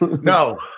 No